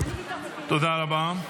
תודה רבה.